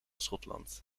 schotland